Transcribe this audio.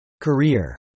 Career